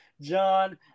john